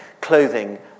clothing